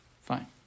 Fine